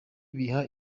biha